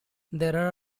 there